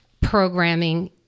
programming